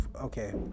Okay